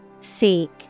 Seek